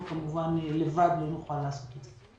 כמובן, לבד לא נוכל לעשות את זה.